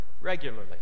regularly